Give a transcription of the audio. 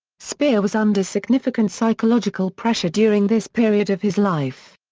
speer was under significant psychological pressure during this period of his life.